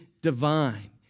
divine